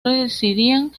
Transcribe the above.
residían